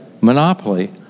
monopoly